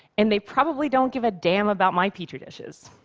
and they probably don't give a damn about my petri dishes.